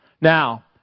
Now